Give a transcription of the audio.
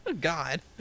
God